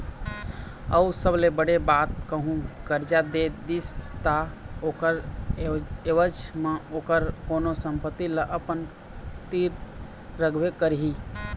अऊ सबले बड़े बात कहूँ करजा दे दिस ता ओखर ऐवज म ओखर कोनो संपत्ति ल अपन तीर रखबे करही